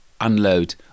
unload